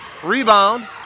Rebound